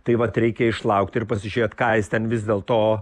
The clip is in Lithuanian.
tai vat reikia išlaukti ir pasižiūrėt ką jis ten vis dėlto